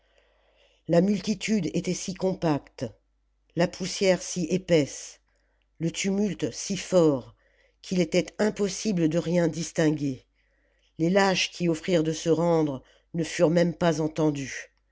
la multitude était si compacte la poussière si épaisse le tumulte si fort qu'il était impossible de rien distinguer les lâches qui offrirent de se rendre ne furent même pas entendus